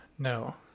No